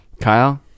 Kyle